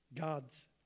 God's